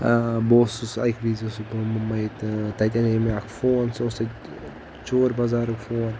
بہٕ اوسُس اَکہِ وِزِ اوسُس بہٕ ممبٕے تہٕ تَتِہ انے مےٚ اکھ فون سُہ اوس تتہِ چور بازارُک فون